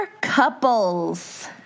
couples